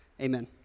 amen